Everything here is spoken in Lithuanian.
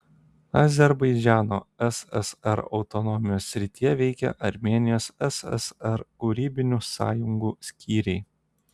azerbaidžano ssr autonomijos srityje veikė armėnijos ssr kūrybinių sąjungų skyriai